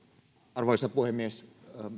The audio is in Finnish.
arvoisa puhemies